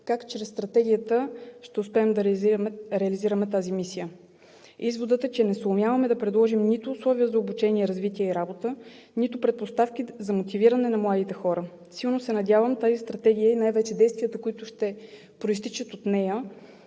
как чрез Стратегията ще успеем да реализираме тази мисия? Изводът е, че не съумяваме да предложим нито условия за обучение, развитие и работа, нито предпоставки за мотивиране на младите хора. Силно се надявам тази стратегия и най-вече действията, които ще произтичат от нея,